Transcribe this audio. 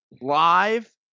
live